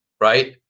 right